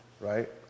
right